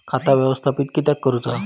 खाता व्यवस्थापित किद्यक करुचा?